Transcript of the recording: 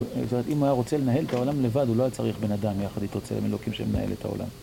זאת אומרת, אם הוא היה רוצה לנהל את העולם לבד, הוא לא היה צריך בן אדם יחד איתו צלם אלוקים שמנהל את העולם.